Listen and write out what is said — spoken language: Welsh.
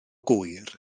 gŵyr